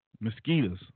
mosquitoes